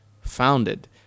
founded